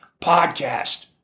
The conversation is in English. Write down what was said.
podcast